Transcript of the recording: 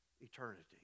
eternity